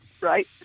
right